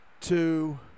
two